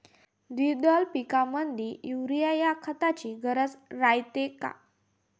द्विदल पिकामंदी युरीया या खताची गरज रायते का?